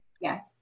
yes